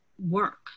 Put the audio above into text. work